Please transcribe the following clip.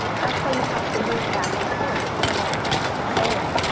that's why you have to move back and forth. it's similar to sailing.